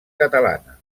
catalana